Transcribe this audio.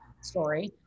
story